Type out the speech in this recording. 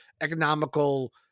economical